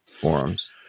forums